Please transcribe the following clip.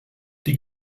die